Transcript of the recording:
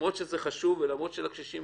למרות שזה חשוב ולמרות שלקשישים